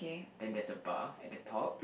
then there's a bar at the top